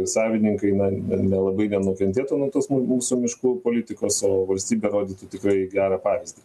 savininkai na nelabai nenukentėtų nuo tos mū mūsų miškų politikos o valstybė rodytų tikrai gerą pavyzdį